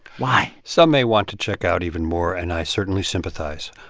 why? some may want to check out even more, and i certainly sympathize.